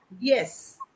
Yes